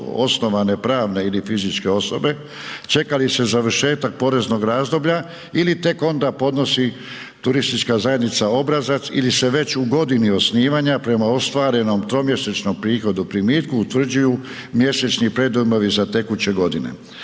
novoosnovane pravne ili fizičke osobe, čeka li se završetak poreznog razdoblja ili tek onda podnosi turistička zajednica obrazac ili se već u godini osnivanja prema ostvarenom tromjesečnom prihodu, primitku utvrđuju mjesečni predujmovi za tekuće godine.